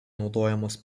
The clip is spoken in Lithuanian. naudojamos